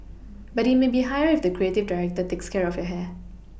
but it may be higher if the creative director takes care of your hair